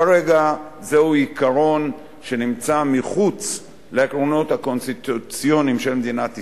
כרגע זהו עיקרון שנמצא מחוץ לעקרונות הקונסטיטוציוניים של מדינת ישראל,